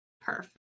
Perfect